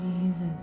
Jesus